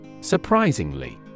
Surprisingly